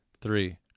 three